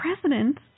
president